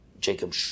Jacob